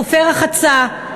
חופי רחצה,